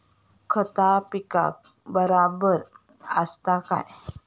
खता पिकाक बराबर आसत काय?